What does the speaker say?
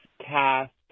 cast